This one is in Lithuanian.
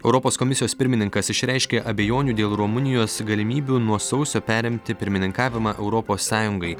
europos komisijos pirmininkas išreiškė abejonių dėl rumunijos galimybių nuo sausio perimti pirmininkavimą europos sąjungai